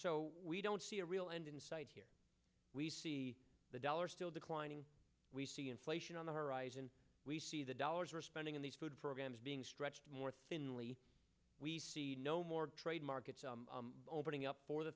so we don't see a real end in sight here we see the dollar still declining we see inflation on the horizon we see the dollars we're spending in these food programs being stretched more thinly we see no more trade markets opening up for the